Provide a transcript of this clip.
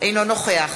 אינו נוכח